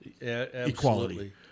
equality